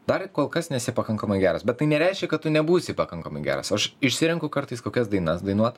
dar kol kas nesi pakankamai geras bet tai nereiškia kad tu nebūsi pakankamai geras aš išsirenku kartais kokias dainas dainuot